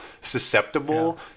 susceptible